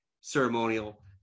ceremonial